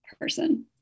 person